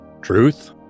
Truth